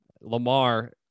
Lamar